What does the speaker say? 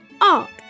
art